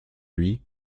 lui